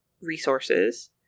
resources